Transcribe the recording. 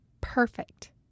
Perfect